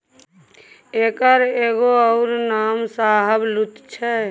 एकर एगो अउर नाम शाहबलुत छै